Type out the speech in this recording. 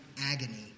agony